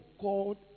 God